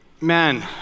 Man